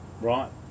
Right